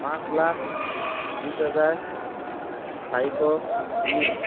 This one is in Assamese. পাঁচ লাখ বিছ হাজাৰ চাৰিশ তিনি